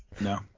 no